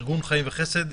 ארגון חיים וחסד,